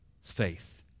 faith